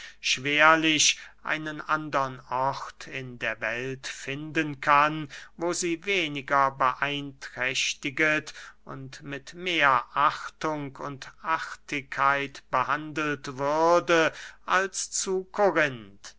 schwerlich einen andern ort in der welt finden kann wo sie weniger beeinträchtiget und mit mehr achtung und artigkeit behandelt würde als zu